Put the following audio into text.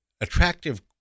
attractive